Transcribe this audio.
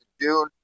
June